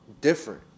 different